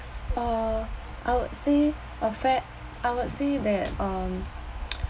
uh I will say afa~ I will say that um